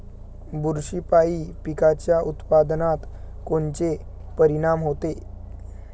बुरशीपायी पिकाच्या उत्पादनात कोनचे परीनाम होते?